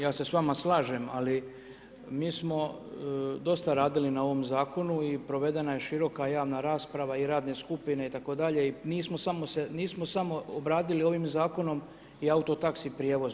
Ja se s vama slažem, ali mi smo dosta radili na ovom zakonu i provedena je široka javna rasprava i radne skupine itd. i nismo samo obradili ovim zakonom i auto taxi prijevoz.